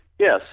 Yes